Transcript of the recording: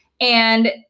And-